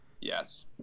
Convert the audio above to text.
Yes